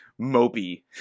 mopey